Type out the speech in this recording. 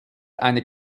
eine